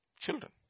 Children